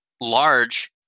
large